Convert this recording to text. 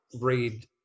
read